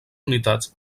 unitats